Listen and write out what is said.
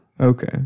okay